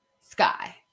Sky